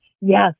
Yes